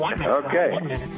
Okay